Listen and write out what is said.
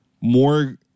more